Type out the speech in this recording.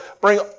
bring